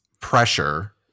pressure